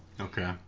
Okay